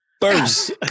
first